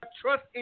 trust